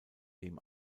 dem